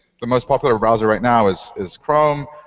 the most popular browser right now is is chrome.